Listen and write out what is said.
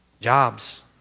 jobs